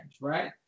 right